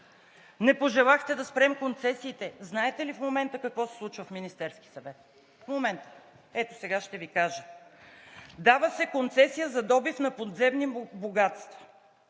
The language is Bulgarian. Не пожелахте да спрем концесиите. Знаете ли в момента какво се случва в Министерския съвет? Ето сега ще Ви кажа: дава се концесия за добив на подземни богатства